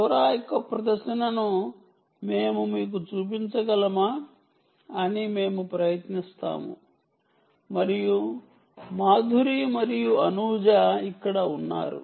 LoRa యొక్క ప్రదర్శనను మేము మీకు చూపించగలమా అని మేము ప్రయత్నిస్తాము మరియు మాధురి మరియు అనుజా ఇక్కడ ఉన్నారు